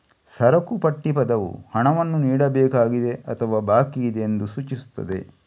ಸರಕು ಪಟ್ಟಿ ಪದವು ಹಣವನ್ನು ನೀಡಬೇಕಾಗಿದೆ ಅಥವಾ ಬಾಕಿಯಿದೆ ಎಂದು ಸೂಚಿಸುತ್ತದೆ